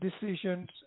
decisions